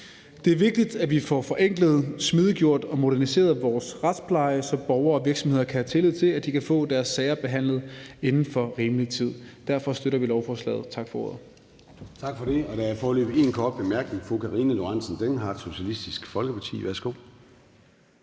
Det er vigtigt, at vi får forenklet, smidiggjort og moderniseret vores retspleje, så borgere og virksomheder kan have tillid til, at de kan få deres sager behandlet inden for rimelig tid. Derfor støtter vi lovforslaget. Tak for ordet.